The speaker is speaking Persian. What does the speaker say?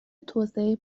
توسعه